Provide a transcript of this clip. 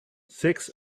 six